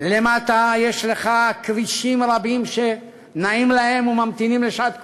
למטה יש לך כרישים רבים שנעים להם וממתינים לשעת כושר.